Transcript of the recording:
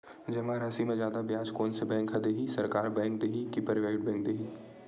जमा राशि म जादा ब्याज कोन से बैंक ह दे ही, सरकारी बैंक दे हि कि प्राइवेट बैंक देहि?